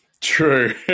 True